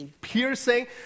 piercing